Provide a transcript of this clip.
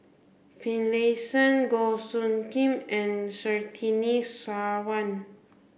Finlayson Goh Soo Khim and Surtini Sarwan